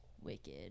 Wicked